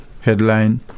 headline